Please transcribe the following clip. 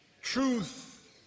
Truth